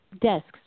Desks